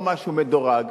או משהו מדורג,